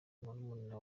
murumuna